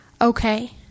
Okay